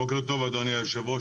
בוקר טוב, אדוני יושב הראש.